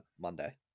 Monday